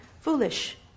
foolish